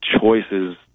choices